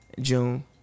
June